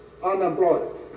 unemployed